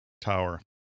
tower